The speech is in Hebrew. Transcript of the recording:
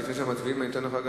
לפני שמצביעים אני אתן לך,